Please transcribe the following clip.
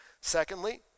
Secondly